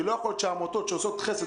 כי לא יכול להיות שעמותות שעושות חסד